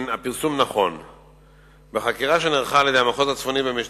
הגנים שאליהם מוסעים הילדים כל בוקר